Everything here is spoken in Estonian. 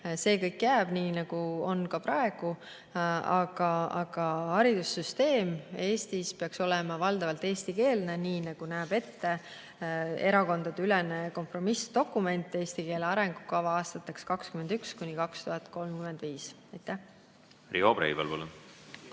see kõik jääb, nii nagu on praegu. Aga haridussüsteem Eestis peaks olema valdavalt eestikeelne, nii nagu näeb ette erakondadeülene kompromissdokument "Eesti keele arengukava 2021–2035". Aitäh! Ka teie